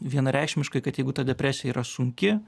vienareikšmiškai kad jeigu ta depresija yra sunki